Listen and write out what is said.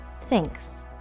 Thanks